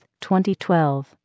2012